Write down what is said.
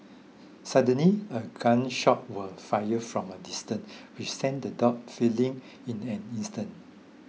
suddenly a gun shot were fired from a distance which sent the dogs fleeing in an instant